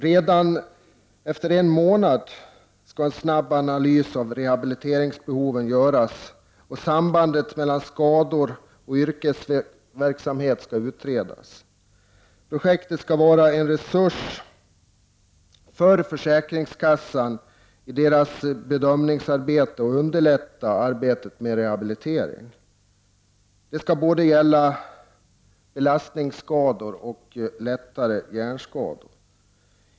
Redan efter en månad skall en snabb analys av rehabiliteringsbehov göras och sambandet mellan skador och yrkesverksamhet skall utredas. Projektet skall vara en resurs för försäkringskassan i dess bedömningsarbete och underlätta arbetet med rehabiliteringen. Detta skall både gälla belastningsskador och lättare hjärnskador.